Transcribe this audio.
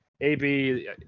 AB